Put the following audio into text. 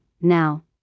now